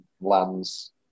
lands